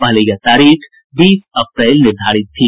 पहले यह तारीख बीस अप्रैल निर्धारित थी